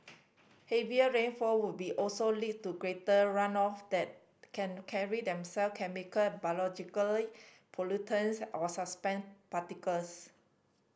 heavier rainfall would be also lead to greater runoff that can carry themselves chemical and biologically pollutants or suspended particles